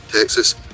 Texas